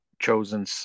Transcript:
chosen